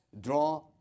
draw